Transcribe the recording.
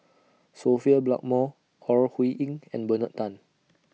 Sophia Blackmore Ore Huiying and Bernard Tan